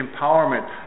empowerment